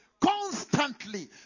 constantly